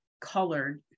colored